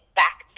back